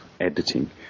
editing